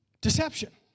Deception